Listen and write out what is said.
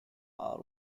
are